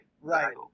Right